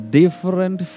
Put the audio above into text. different